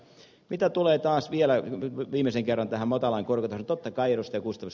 mitä tulee taas vielä viimeisen kerran tähän matalaan korkotasoon totta kai ed